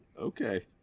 okay